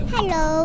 Hello